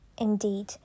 indeed